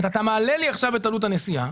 אתה מעלה לי עכשיו את עלות הנסיעה,